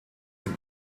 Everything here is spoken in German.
dem